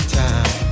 time